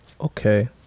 Okay